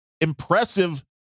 impressive